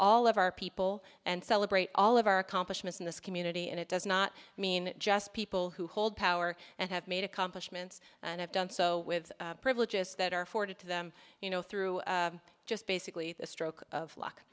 all of our people and celebrate all of our accomplishments in this community and it does not mean just people who hold power and have made accomplishments and have done so with privileges that are forty to them you know through just basically a stroke of luck